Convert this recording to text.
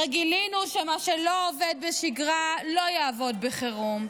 הרי גילינו שמה שלא עובד בשגרה לא יעבוד בחירום,